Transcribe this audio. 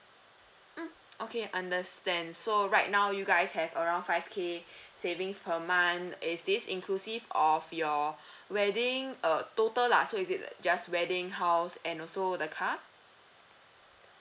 mm okay understand so right now you guys have around five K savings per month is this inclusive of your wedding uh total lah so is it just wedding house and also the car